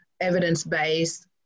evidence-based